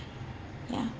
ya